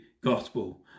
gospel